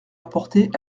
apportées